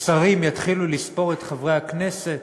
השרים יתחילו לספור את חברי הכנסת,